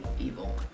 evil